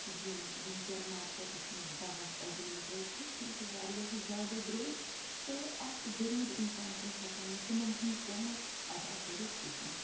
یِم وٕنۍکٮ۪ن مارکٮ۪ٹَس منٛز دَوا اٮ۪وٮ۪لیبٕل چھِ تِم چھِ واریاہ زیادٕ درٛوٚگۍ تہٕ اَکھ غریٖب اِنسان چھُنہٕ ہٮ۪کان تِمَن ہُنٛد قۭمَت اَدا کٔرِتھ کِہیٖنۍ